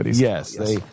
Yes